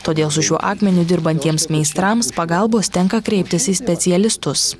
todėl su šiuo akmeniu dirbantiems meistrams pagalbos tenka kreiptis į specialistus